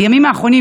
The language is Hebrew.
בימים האחרונים,